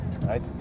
right